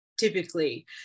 typically